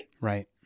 Right